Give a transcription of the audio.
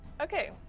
Okay